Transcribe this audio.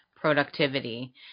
productivity